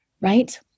right